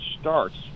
starts